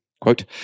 Quote